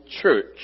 Church